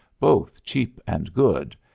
both cheap and good,